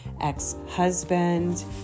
ex-husband